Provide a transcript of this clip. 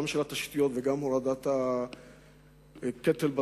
גם של התשתיות וגם הורדת הקטל בדרכים,